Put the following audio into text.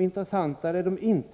intressanta eller inte?